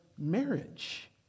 marriage